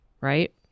right